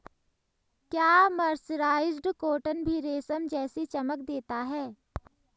क्या mercerised cotton भी रेशम जैसी चमक देता है?